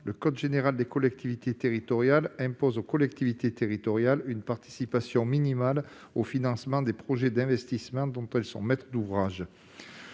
Le code général des collectivités territoriales impose aux collectivités territoriales une participation minimale au financement des projets d'investissement dont elles sont maîtres d'ouvrage.